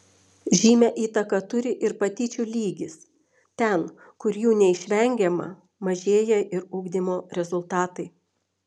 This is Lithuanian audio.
žymią įtaką turi ir patyčių lygis ten kur jų neišvengiama mažėja ir ugdymo rezultatai